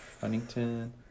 Huntington